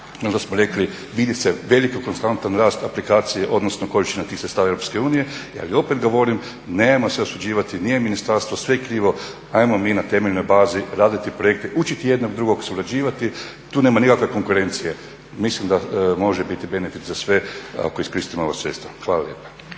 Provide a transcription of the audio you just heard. što smo rekli vidi se veliki, konstantan rast aplikacije, odnosno količina tih sredstava EU. Ali opet govorim nemojmo sve osuđivati. Nije ministarstvo sve krivo. Hajmo mi na temeljnoj bazi raditi projekte, učiti jednog drugog surađivati, tu nema nikakve konkurencije. Mislim da može biti benefit za sve ako iskoristimo ova sredstva. Hvala lijepa.